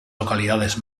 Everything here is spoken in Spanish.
localidades